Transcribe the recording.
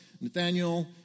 Nathaniel